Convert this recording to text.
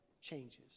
changes